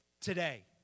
Today